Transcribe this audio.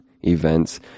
events